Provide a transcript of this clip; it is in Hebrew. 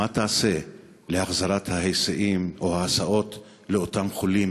מה תעשה להחזרת ההיסעים או ההסעות לאותם חולים